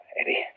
Eddie